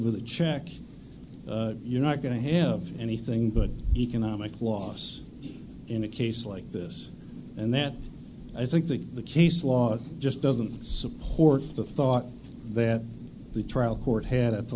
with a check you're not going to have anything but economic loss in a case like this and that i think that the case law it just doesn't support the thought that the trial court had at the